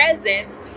presence